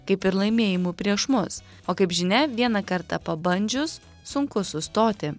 kaip ir laimėjimų prieš mus o kaip žinia vieną kartą pabandžius sunku sustoti